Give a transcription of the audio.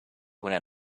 when